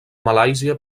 malàisia